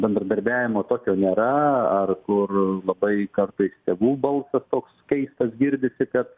bendradarbiavimo tokio nėra ar kur labai kartais tėvų balsas toks keistas girdisi kad